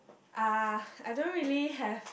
uh I don't really have